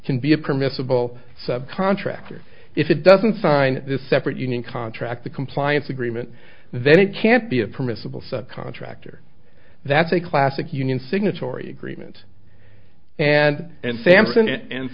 can be a permissible sub contractor if it doesn't sign this separate union contract the compliance agreement then it can't be a permissible subcontractor that's a classic union signatory agreement and